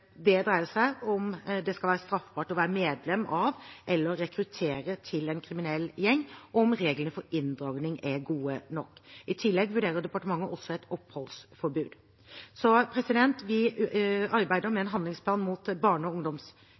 Det dreier seg om det skal være straffbart å være medlem av eller rekruttere til en kriminell gjeng, og om reglene for inndragning er gode nok. I tillegg vurderer departementet også et oppholdsforbud. Vi arbeider med en handlingsplan mot barne- og